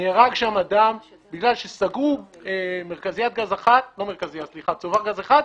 נהרג שם אדם בגלל שסגרו צובר גז אחד,